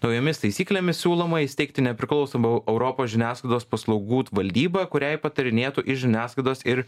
naujomis taisyklėmis siūloma įsteigti nepriklausomą europos žiniasklaidos paslaugų valdybą kuriai patarinėtų ir žiniasklaidos ir